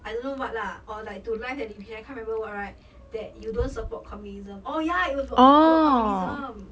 I don't know what lah or like to live television I can't remember what right that you don't support communism oh ya it was about about communism